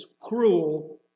cruel